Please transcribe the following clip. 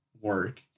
work